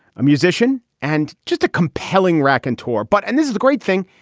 a musician and just a compelling raconteur. but and this is a great thing.